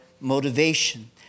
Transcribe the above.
motivation